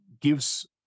gives